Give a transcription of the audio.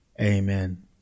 Amen